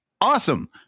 Awesome